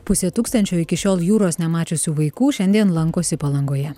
pusė tūkstančio iki šiol jūros nemačiusių vaikų šiandien lankosi palangoje